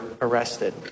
arrested